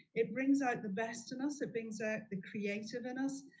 it brings out the best in us, it brings out the creative in us,